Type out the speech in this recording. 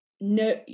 no